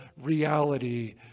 reality